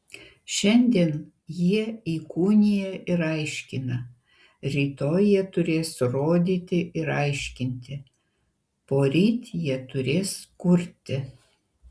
šiandien jie įkūnija ir aiškina rytoj jie turės rodyti ir aiškinti poryt jie turės kurti